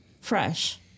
fresh